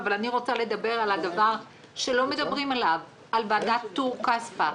אבל אני רוצה לדבר על מה שלא מדברים - על ועדת טור כספא.